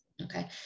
okay